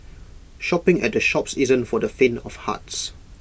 shopping at the Shoppes isn't for the faint of hearts